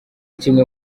kimwe